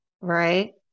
right